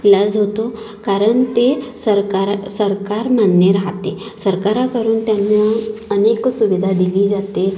इलाज होतो कारन ते सरकार सरकारमान्य राहते सरकाराकरुन त्यांना अनेक सुविधा दिली जाते